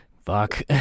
fuck